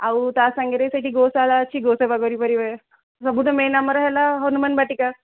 ଆଉ ତା ସାଙ୍ଗରେ ସେଇଠି ଗୋଶାଳା ଅଛି ଗୋସେବା କରିପାରିବେ ସବୁଠୁ ମେନ୍ ଆମର ହେଲା ହନୁମାନ ବାଟିକା